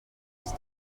this